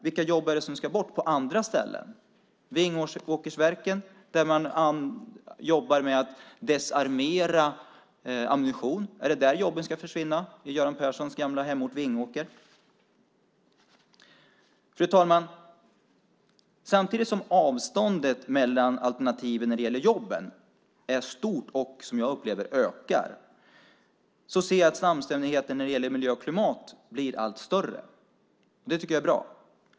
Vilka jobb är det som ska bort på andra ställen? På Vingåkersverket jobbar man med att desarmera ammunition. Är det i Göran Perssons gamla hemort Vingåker som jobben ska försvinna? Fru talman! Samtidigt som avståndet mellan alternativen när det gäller jobben är stort och, som jag upplever det, ökar ser jag att samstämmigheten när det gäller miljö och klimat blir allt större. Det tycker jag är bra.